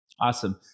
Awesome